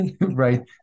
right